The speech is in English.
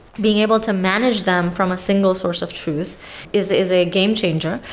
being able to manage them from a single source of truth is is a game changer.